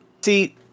See